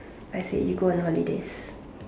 I said you go on holidays